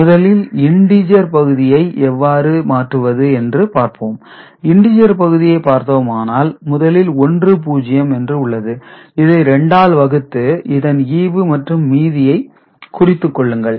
முதலில் இண்டீஜர் பகுதியை எவ்வாறு மாற்றுவது என்று பார்ப்போம் இண்டீஜர் பகுதியை பார்த்தோமானால் முதலில் 10 என்று உள்ளது இதை 2 ஆல் வகுத்து இதன் ஈவு மற்றும் மீதியை குறித்துக்கொள்ளுங்கள்